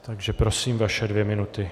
Takže prosím, vaše dvě minuty.